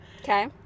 Okay